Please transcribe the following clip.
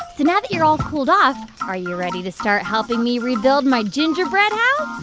so now that you're all cooled off, are you ready to start helping me rebuild my gingerbread house?